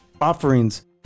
offerings